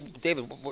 David